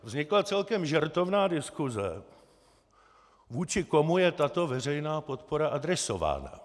Vznikla celkem žertovná diskuse, vůči komu je tato veřejná podpora adresována.